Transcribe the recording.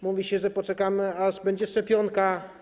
Mówi się, że poczekamy, aż będzie szczepionka.